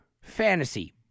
fantasy